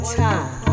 time